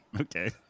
Okay